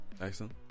excellent